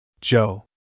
Joe